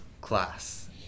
class